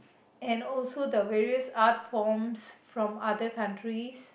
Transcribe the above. and also the various art forms from other countries